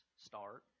start